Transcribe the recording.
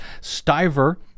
Stiver